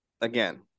again